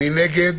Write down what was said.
מי נגד?